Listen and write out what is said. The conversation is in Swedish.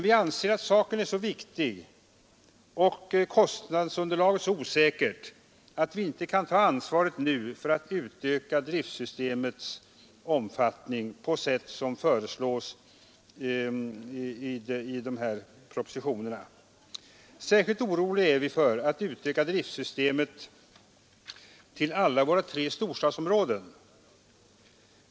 Vi anser dock saken så viktig och kostnadsunderlaget så osäkert att vi inte kan ta ansvaret för att utöka driftsystemets omfattning på sätt som här föreslås i propositionerna. Särskilt oroliga är vi för att utöka driftsystemet till alla våra tre storstadsområden.